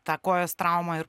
tą kojos traumą